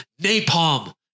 napalm